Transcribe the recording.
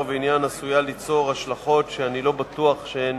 ועניין עשויה ליצור השלכות שאני לא בטוח שהן